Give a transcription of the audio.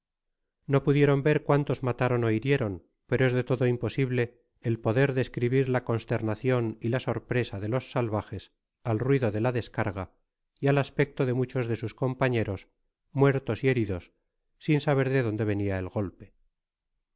no pudieron ver cuantos mataron ó hirieron pero es de todo imposible el poder describir la consternacion y la sorpresa de los salvajes al ruido de la descarga y al aspecto de muchos de sus compañeros muertos y he ridos sin saber de donde venia el golpe